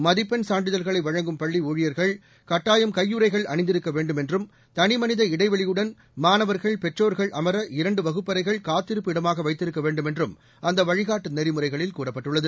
மதிப்பெண் சான்றிதழ்களை வழங்கும் பள்ளி ஊழியர்கள் கட்டாயம் கையுறைகள் அணிந்திருக்க வேண்டும் என்றும் தனிமனித இடைவெளியுடன் மாணவர்கள் பெற்றோர்கள் அமர இரண்டு வகுப்பறைகள் காத்திருப்பு இடமாக வைத்திருக்க வேண்டும் என்றும் அந்த வழிகாட்டு நெறிமுறைகளில் கூறப்பட்டுள்ளது